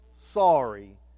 sorry